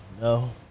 No